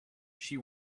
she